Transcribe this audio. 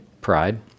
Pride